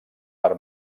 per